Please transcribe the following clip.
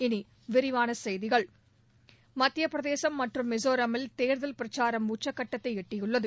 இனி விரிவான செய்திகள் மத்திய பிரதேசம் மற்றும் மிசோராமில் தேர்தல் பிரச்சாரம் உச்சக்கட்டத்தை எட்டியுள்ளது